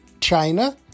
China